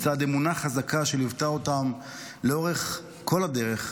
לצד אמונה חזקה שליוותה אותם לאורך כל הדרך,